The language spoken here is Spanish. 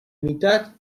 mitad